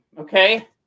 okay